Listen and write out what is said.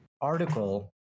article